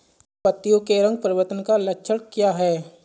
पत्तियों के रंग परिवर्तन का लक्षण क्या है?